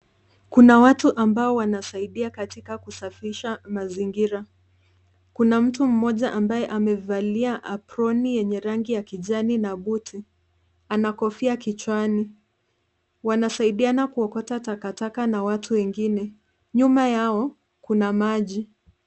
Kuna watu ambao wanasaidia katika kusafisha mazingira. Kuna mtu mmoja ambaye amevalia aproni yenye rangi ya kijani na buti, ana kofia kichwani. Wanasaidiana kuokota takataka na watu wengine. Nyuma yao kuna maji.